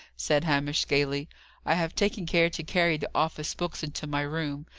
said hamish, gaily i have taken care to carry the office books into my room,